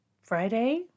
Friday